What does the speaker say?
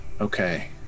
Okay